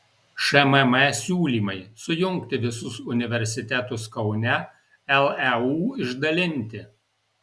šmm siūlymai sujungti visus universitetus kaune leu išdalinti